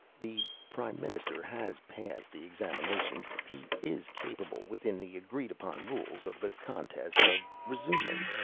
the prime minister has passed the examinations. he is capable, within the agreed-upon rules of the contest, of resuming.